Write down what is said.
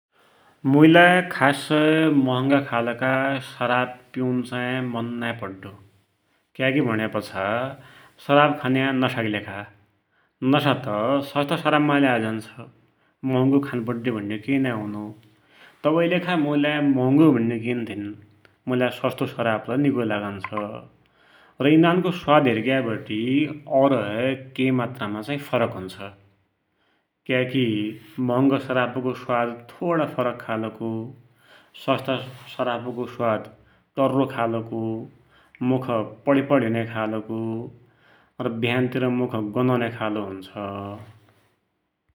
मुइलाइ खासै महंगा खालका सराब पिउनु मन नाई पड्डो, क्याकी भुण्यापछा सराब खान्या नसाकि लेखा, नसा त सस्ता सराब माइ लै आइझान्छ, महँगो खान पड्ड्या भुण्या केइ नाइँ हुनो। तबैकी लिखा मुइलाई महँगो भुण्या केन थिन, मुइलाइ सस्तो सराब लै निको लागुन्छ। र यिनरानको स्वाद हेरिग्याबटे औरहै के मात्रामा चाहि फरक हुन्छ। क्याकी महँगो सराबको स्वाद थोडा फरक खालको, सस्ता सरबको स्वाद टर्रो खालको मुख पडिपडि हुन्या खालको र बिहानतिर मुख गन औन्या खालको हुन्छ।